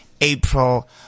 April